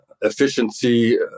efficiency